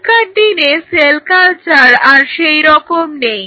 এখনকার দিনে সেল কালচার আর সেইরকম নেই